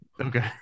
Okay